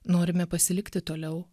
norime pasilikti toliau